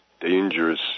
dangerous